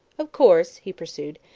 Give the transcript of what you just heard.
of course, he pursued,